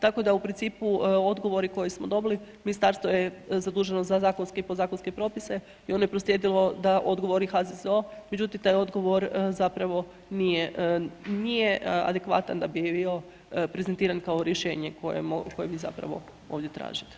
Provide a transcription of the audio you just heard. Tako da u principu odgovori koje smo dobili, ministarstvo je zaduženo za zakonske i podzakonske propise i ono je proslijedilo da odgovori HZZO, međutim taj odgovor zapravo nije adekvatan da bi bio prezentiran kao rješenje koje vi zapravo ovdje tražite.